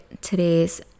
today's